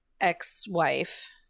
ex-wife